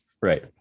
Right